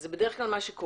זה בדרך כלל מה שקורה,